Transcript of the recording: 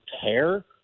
care